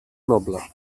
noble